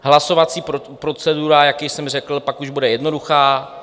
Hlasovací procedura, jak již jsem řekl, pak už bude jednoduchá.